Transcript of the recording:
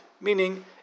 Meaning